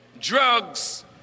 drugs